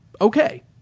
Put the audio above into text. okay